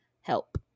Help